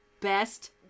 Best